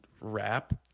rap